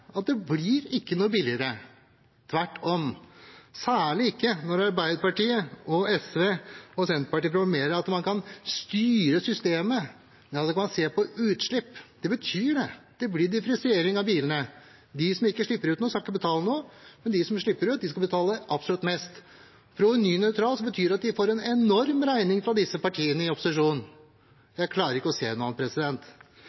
blir noe billigere – tvert om – særlig ikke når Arbeiderpartiet, SV og Senterpartiet proklamerer at man kan styre systemet ved at man kan se på utslipp. Det betyr at det blir differensiering av bilene: De som ikke slipper ut noe, skal ikke betale, mens de som slipper ut, skal betale absolutt mest. Provenynøytralt betyr at de får en enorm regning fra partiene i opposisjonen.